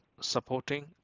supporting